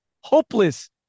hopeless